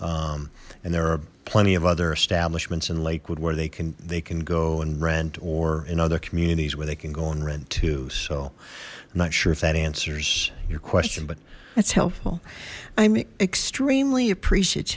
and there are plenty of other establishments in lakewood where they can they can go and rent or in other communities where they can go and rent too so i'm not sure if that answers your question but that's helpful i'm extremely appreciat